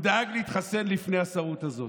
והוא דאג להתחסן לפני השרות הזאת.